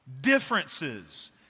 differences